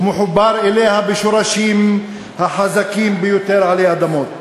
מחובר אליה בשורשים החזקים ביותר עלי אדמות.